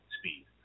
speed